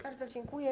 Bardzo dziękuję.